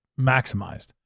maximized